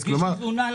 זה בחקירה.